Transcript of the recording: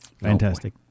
Fantastic